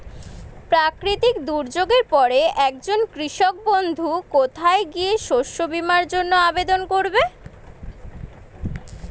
প্রাকৃতিক দুর্যোগের পরে একজন কৃষক বন্ধু কোথায় গিয়ে শস্য বীমার জন্য আবেদন করবে?